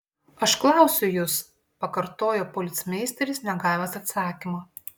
aš klausiu jus pakartojo policmeisteris negavęs atsakymo